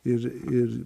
ir ir